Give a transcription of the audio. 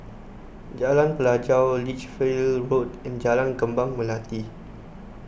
Jalan Pelajau Lichfield Road and Jalan Kembang Melati